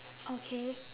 okay